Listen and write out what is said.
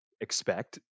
expect